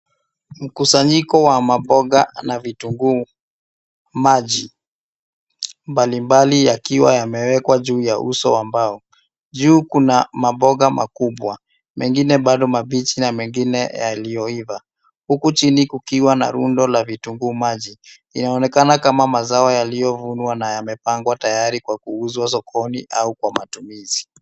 Mkusanyiko wa maboga na vitunguu maji, mbalimbali yakiwa yamewekwa juu ya uso wa mbao. Juu kuna maboga makubwa, mengine bado mabichi na mengine yaliyoiva, huku chini kukiwa na rundo la vitunguu maji. Inaonekana kama mazao yaliyovunwa na yamepangwa tayari kwa kuuzwa sokoni au kwa matumizi.